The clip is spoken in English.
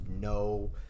no